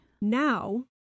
Now